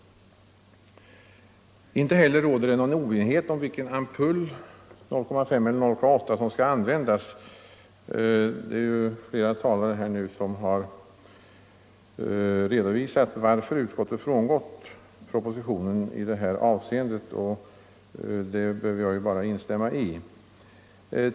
Inte heller råder det någon oenighet om vilken ampull — 0,5 promille eller 0,8 promille — som skall användas. Flera talare har redovisat varför utskottet frångått propositionen i detta avseende, och de skälen behöver jag ju bara instämma i.